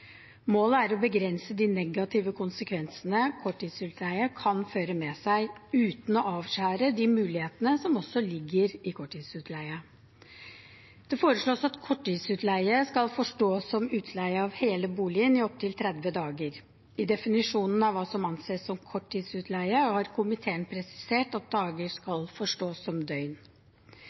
Målet er å begrense de negative konsekvensene korttidsutleie kan føre med seg, uten å avskjære de mulighetene som også ligger i korttidsutleie. Det foreslås at korttidsutleie skal forstås som utleie av hele boligen i opptil 30 dager. I definisjonen av hva som anses som korttidsutleie, har komiteen presisert at dager skal forstås som døgn.